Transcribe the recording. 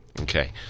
Okay